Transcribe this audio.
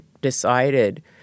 decided